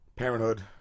Parenthood